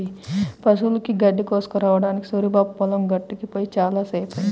పశువులకి గడ్డి కోసుకురావడానికి సూరిబాబు పొలం గట్టుకి పొయ్యి చాలా సేపయ్యింది